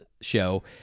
show